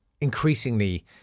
increasingly